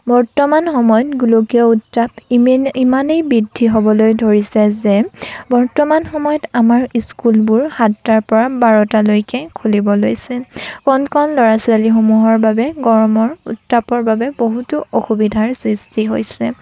বৰ্তমান সময়ত গোলকীয় উত্তাপ ইমানেই বৃদ্ধি হ'বলৈ ধৰিছে যে বৰ্তমান সময়ত আমাৰ স্কুলবোৰ সাতটাৰ পৰা বাৰটালৈকে খুলিব লৈছে কণ কণ ল'ৰা ছোৱলীসমূহৰ বাবে গৰমৰ উত্তাপৰ বাবে বহুতো অসুবিধাৰ সৃষ্টি হৈছে